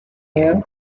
you